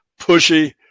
pushy